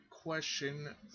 question